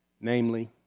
namely